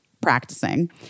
practicing